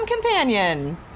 companion